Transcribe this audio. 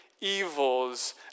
evils